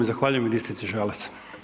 i zahvaljujem ministrici Žalac.